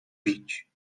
bić